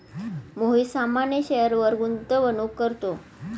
मोहित सामान्य शेअरवर गुंतवणूक करतो